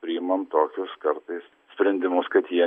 priimam tokius kartais sprendimus kad jie